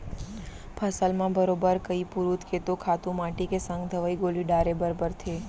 फसल म बरोबर कइ पुरूत के तो खातू माटी के संग दवई गोली डारे बर परथे